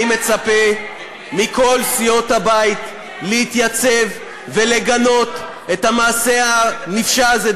אני מצפה מכל סיעות הבית להתייצב ולגנות את המעשה הנפשע הזה,